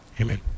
Amen